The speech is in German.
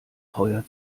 teuer